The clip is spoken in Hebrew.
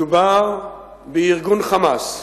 מדובר בארגון "חמאס",